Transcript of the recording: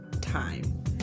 time